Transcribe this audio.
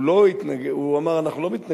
הוא אמר: אנחנו לא מתנגדים,